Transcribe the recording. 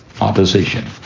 opposition